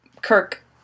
Kirk